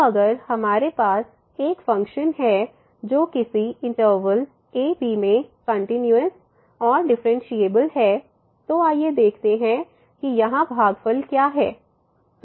तो अगर हमारे पास एक फ़ंक्शन है जो किसी इनटर्वल a b में कंटिन्यूस और डिफरेंशिएबल है तो आइए देखते हैं कि यहाँ भागफल क्या है